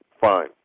Fine